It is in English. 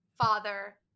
father